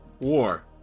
War